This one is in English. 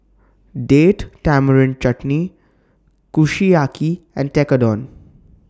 Date Tamarind Chutney Kushiyaki and Tekkadon